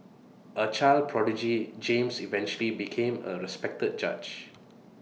A child prodigy James eventually became A respected judge